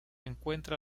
encuentra